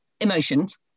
emotions